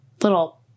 little